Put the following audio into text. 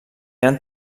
eren